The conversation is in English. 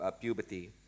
puberty